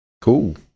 cool